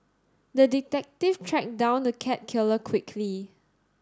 the detective tracked down the cat killer quickly